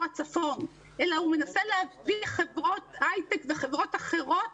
הצפון אלא הוא מנסה להביא חברות הייטק וחברות אחרות,